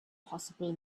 possibly